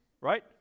right